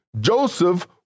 Joseph